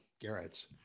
garrett's